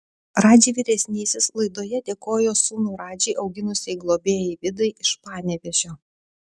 radži vyresnysis laidoje dėkojo sūnų radži auginusiai globėjai vidai iš panevėžio